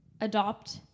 Adopt